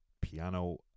piano